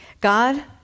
God